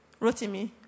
rotimi